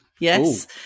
Yes